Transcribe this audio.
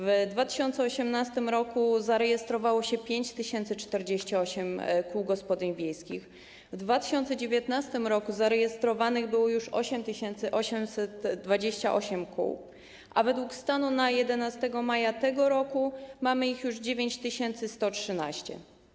W 2018 r. zarejestrowało się 5048 kół gospodyń wiejskich, w 2019 r. zarejestrowanych było już 8828 kół, a według stanu na 11 maja tego roku mamy ich już 9113.